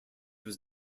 was